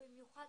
חברות